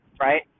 Right